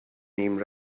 name